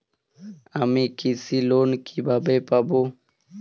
আমি কৃষি লোন কিভাবে পাবো?